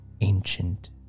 ancient